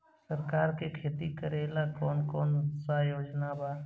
सरकार के खेती करेला कौन कौनसा योजना बा?